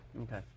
Okay